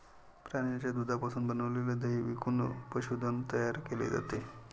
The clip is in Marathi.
प्राण्यांच्या दुधापासून बनविलेले दही विकून पशुधन तयार केले जाते